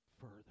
further